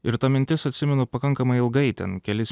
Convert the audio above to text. ir ta mintis atsimenu pakankamai ilgai ten kelis